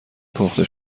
پخته